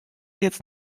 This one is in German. jetzt